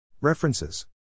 References